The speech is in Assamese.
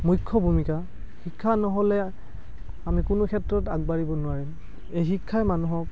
মূখ্য় ভূমিকা শিক্ষা নহ'লে আমি কোনো ক্ষেত্ৰত আগবাঢ়িব নোৱাৰিম এই শিক্ষাই মানুহক